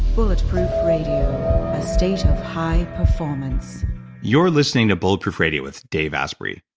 bulletproof radio. a stage of high performance you're listening to bulletproof radio with dave asprey.